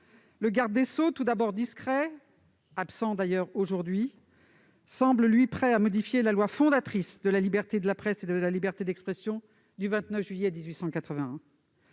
Le garde des sceaux, tout d'abord discret- il est d'ailleurs absent aujourd'hui -, semble prêt à modifier la loi fondatrice de la liberté de la presse et de la liberté d'expression du 29 juillet 1881.